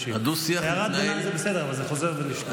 הערת ביניים זה בסדר, אבל זה חוזר ונשנה.